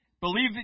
believe